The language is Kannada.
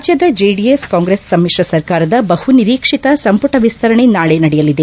ರಾಜ್ಞದ ಜೆಡಿಎಸ್ ಕಾಂಗ್ರೆಸ್ ಸಮಿತ್ರ ಸರ್ಕಾರದ ಬಹು ನಿರೀಕ್ಷಿತ ಸಂಪುಟ ವಿಸ್ತರಣೆ ನಾಳೆ ನಡೆಯಲಿದೆ